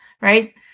right